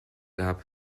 gab